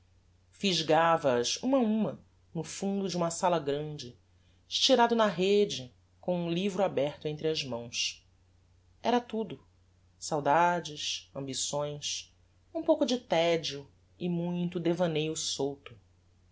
olhos fisgava as uma a uma no fundo de uma sala grande estirado na rede com um livro aberto entre as mãos era tudo saudades ambições um pouco de tedio e muito devaneio solto